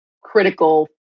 critical